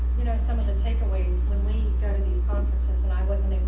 you know some of the take aways. when we go to these conferences and i wasn't